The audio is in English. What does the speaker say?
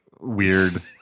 weird